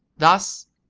thus,